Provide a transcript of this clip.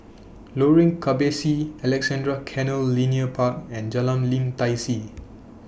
Lorong Kebasi Alexandra Canal Linear Park and Jalan Lim Tai See